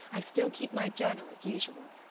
i still keep my journal as usual.